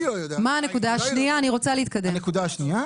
אני רוצה להתקדם, מה הנקודה השנייה?